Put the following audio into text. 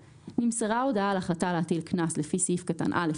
נמסרה הודעה על החלטה להטיל קנס לפי סעיף קטן (א)